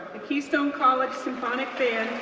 the keystone college symphonic band,